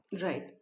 Right